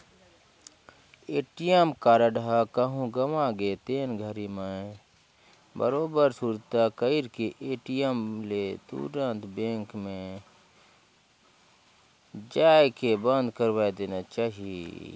ATM card ह कहूँ गवा गे तेन घरी मे बरोबर सुरता कइर के ए.टी.एम ले तुंरत बेंक मे जायके बंद करवाये देना चाही